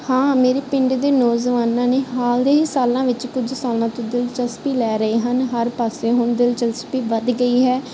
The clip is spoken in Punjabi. ਹਾਂ ਮੇਰੇ ਪਿੰਡ ਦੇ ਨੌਜਵਾਨਾਂ ਨੇ ਹਾਲ ਦੇ ਹੀ ਸਾਲਾਂ ਵਿੱਚ ਕੁਝ ਸਾਲਾਂ ਤੋਂ ਦਿਲਚਸਪੀ ਲੈ ਰਹੇ ਹਨ ਹਰ ਪਾਸੇ ਹੁਣ ਦਿਲਚਸਪੀ ਵੱਧ ਗਈ ਹੈ